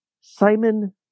Simon